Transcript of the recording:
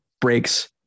breaks